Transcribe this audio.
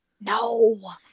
No